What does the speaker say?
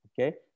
okay